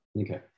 Okay